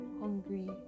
hungry